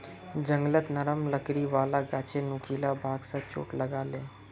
जंगलत नरम लकड़ी वाला गाछेर नुकीला भाग स चोट लाग ले